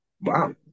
wow